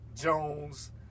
Jones